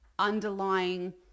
underlying